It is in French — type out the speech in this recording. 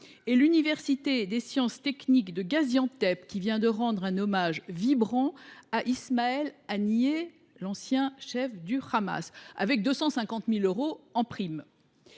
que l’université des sciences et technologies de Gaziantep, qui vient de rendre un hommage vibrant à Ismaïl Haniyeh, l’ancien chef du Hamas, avec 250 000 euros en prime